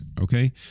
okay